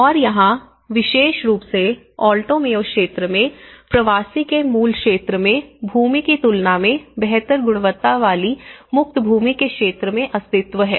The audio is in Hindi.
और यहां विशेष रूप से ऑल्टो मेयो क्षेत्र में प्रवासी के मूल क्षेत्र में भूमि की तुलना में बेहतर गुणवत्ता वाली मुक्त भूमि के क्षेत्र में अस्तित्व है